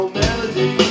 melody